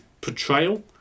portrayal